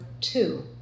two